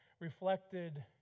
reflected